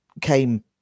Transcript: came